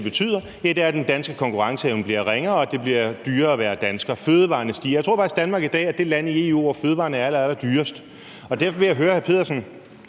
betyder, er, at den danske konkurrenceevne bliver ringere, og at det bliver dyrere at være dansker. Fødevarepriserne stiger. Jeg tror faktisk, at Danmark i dag er det land i EU, hvor fødevarerne er allerallerdyrest. Og derfor vil jeg høre hr. Torsten